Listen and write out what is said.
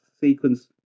sequence